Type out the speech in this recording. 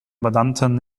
mandantin